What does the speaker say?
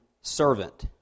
servant